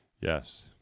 Yes